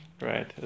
Right